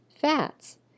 fats